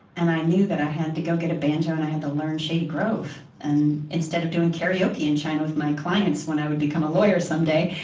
and i knew that i had to go get a banjo and i had to learn shady grove. and instead of doing karaoke in china with my clients when i would become a lawyer someday,